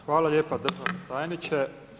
Hvala lijepa državni tajniče.